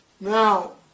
Now